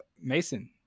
mason